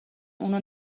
اونو